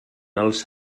els